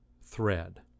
thread